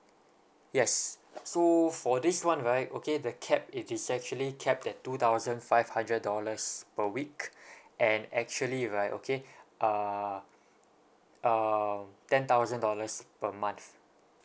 yes so for this [one] right okay the cap it is actually capped at two thousand five hundred dollars per week and actually right okay uh um ten thousand dollars per month